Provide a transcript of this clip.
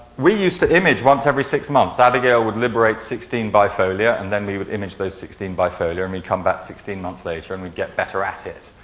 we used to image once every six months. abigail would liberate sixteen bi-folio and then we would image those sixteen bi-folio. and we'd come back sixteen months later and we'd get better at it.